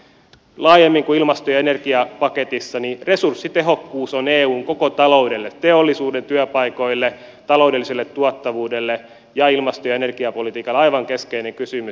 laajemmin kuin ilmasto ja energiapaketissa resurssitehokkuus on eun koko taloudelle teollisuuden työpaikoille taloudelliselle tuottavuudelle ja ilmasto ja energiapolitiikalle aivan keskeinen kysymys